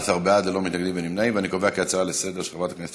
אני קובע כי ההצעה לסדר-היום של חברת הכנסת